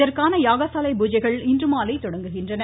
இதற்கான யாகசாலை பூஜைகள் இன்றுமாலை தொடங்குகின்றன